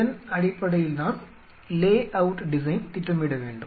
இதன் அடிப்படையில்தான் layout design திட்டமிடவேண்டும்